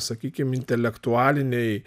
sakykim intelektualinėj